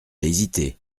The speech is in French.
hésiter